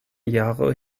jahre